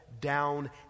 Down